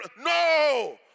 No